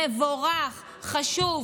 מבורך, חשוב,